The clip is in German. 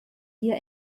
hier